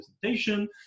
presentation